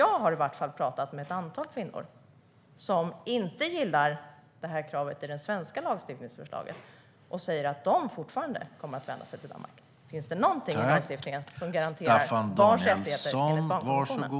Jag har i varje fall pratat med ett antal kvinnor som inte gillar det kravet i det svenska lagstiftningsförslaget och som säger att de kommer att vända sig till Danmark även i fortsättningen. Finns det någonting i lagstiftningen som garanterar barns rättigheter enligt barnkonventionen?